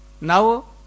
Now